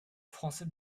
français